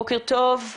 בוקר טוב.